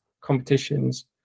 competitions